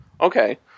Okay